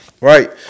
right